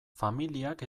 familiak